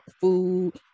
food